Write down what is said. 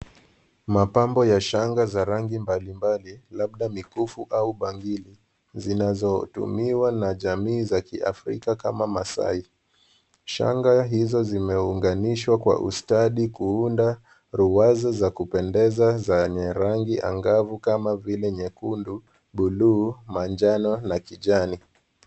Mapambo ya shanga za rangi mbalimbali labda mikufu au bangili zinazotumiwa na jamii za kiafrika kama maasai. Shanga ya hizo zimeunganishwa kwa ustadi kuunda ruwaza za kupendeza za nyarangi angavu kama vile nyekundu, bluu manjano na kijani.